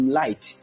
light